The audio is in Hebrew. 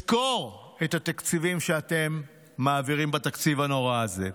לסקור את התקציבים שאתם מעבירים בתקציב הנורא הזה.